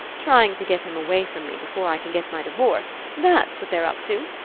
trying to get him away from me before i can get my divorce that's what they're up to.